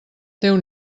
déu